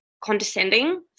condescending